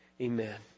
Amen